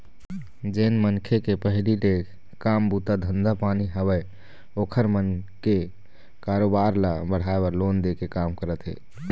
जेन मनखे के पहिली ले काम बूता धंधा पानी हवय ओखर मन के कारोबार ल बढ़ाय बर लोन दे के काम करत हे